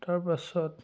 তাৰ পাছত